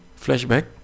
flashback